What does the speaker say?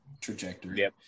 trajectory